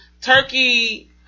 Turkey